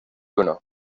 uno